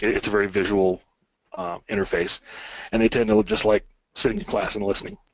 it's a very visual interface and they tend to like just like sitting in class and listening.